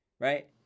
right